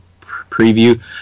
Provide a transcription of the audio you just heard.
preview